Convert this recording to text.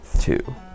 Two